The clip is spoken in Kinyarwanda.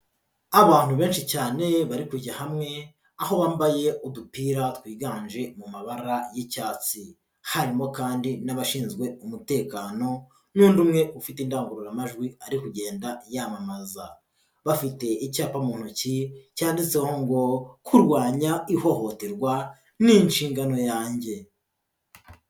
Abantu benshi cyane bari kujya hamwe, aho bambaye udupira twiganje mu mabara y'icyatsi. Harimo kandi n'abashinzwe umutekano n'undi umwe ufite indangururamajwi ari kugenda yamamaza. Bafite icyapa mu ntoki cyanditseho ngo "Kurwanya ihohoterwa, ni inshingano yanjye."